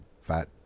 fat